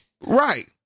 right